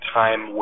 time